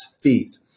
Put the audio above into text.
fees